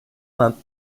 nannte